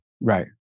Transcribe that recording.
right